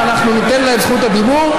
ואנחנו ניתן לה את זכות הדיבור,